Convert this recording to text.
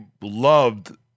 loved